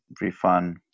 refund